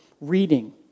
reading